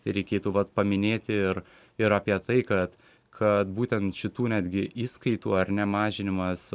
ir reikėtų vat paminėti ir ir apie tai kad kad būtent šitų netgi įskaitų ar nemažinimas